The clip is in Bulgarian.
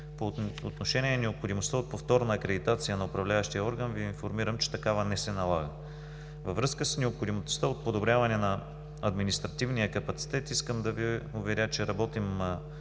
По отношение необходимостта от повторна акредитация на управляващия орган Ви информирам, че такава не се налага. Във връзка с необходимостта от подобряване на административния капацитет искам да Ви уверя, че работим